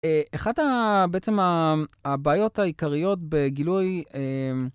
אחת בעצם הבעיות העיקריות בגילוי